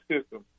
system